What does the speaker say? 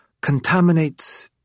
contaminates